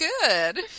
good